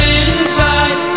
inside